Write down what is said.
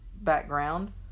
background